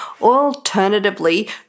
Alternatively